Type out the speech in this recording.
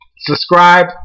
Subscribe